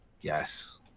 Yes